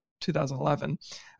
2011